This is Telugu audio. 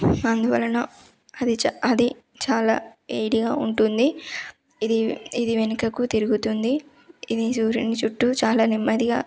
అందువలన అది చా అది చాలా వేడిగా ఉంటుంది ఇది ఇది వెనుకకు తిరుగుతుంది ఇది సూర్యుని చుట్టూ చాలా నెమ్మదిగా